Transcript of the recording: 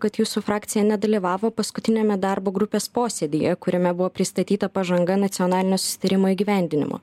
kad jūsų frakcija nedalyvavo paskutiniame darbo grupės posėdyje kuriame buvo pristatyta pažanga nacionalinio susitarimo įgyvendinimo